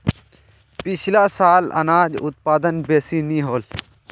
पिछला साल अनाज उत्पादन बेसि नी होल